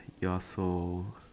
you're so